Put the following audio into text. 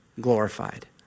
glorified